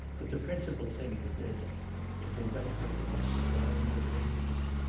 but the principal thing is this to prevent her from destroying the papers.